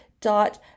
dot